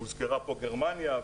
הוזכרה פה גרמניה,